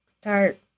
start